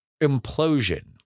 implosion